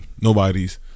nobody's